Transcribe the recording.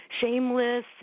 shameless